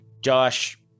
Josh